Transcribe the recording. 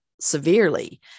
severely